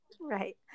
Right